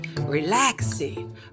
relaxing